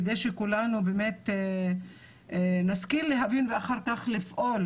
כדי שכולנו באמת נשכיל להבין ואחר כך לפעול